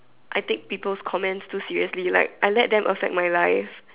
I take people's comments too seriously like I let them affect my life